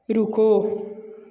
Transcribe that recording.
रुको